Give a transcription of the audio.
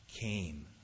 came